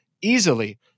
easily